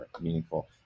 meaningful